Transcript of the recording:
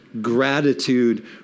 gratitude